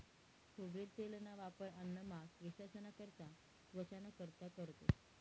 खोबरेल तेलना वापर अन्नमा, केंससना करता, त्वचाना कारता करतंस